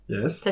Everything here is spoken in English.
Yes